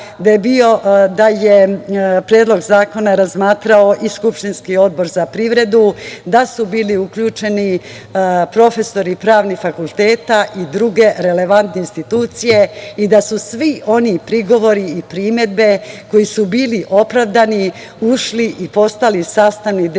komora, da je predlog zakona razmatrao i skupštinski Odbor za privredu, da su bili uključeni profesori pravnih fakulteta i druge relevantne institucije i da su svi oni prigovori i primedbe, koji su bili opravdani, ušli i postali sastavni deo